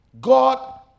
god